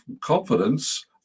confidence